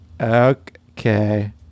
Okay